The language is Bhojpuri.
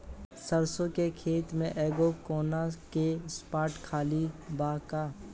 सरसों के खेत में एगो कोना के स्पॉट खाली बा का?